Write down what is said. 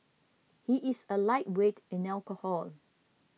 he is a lightweight in alcohol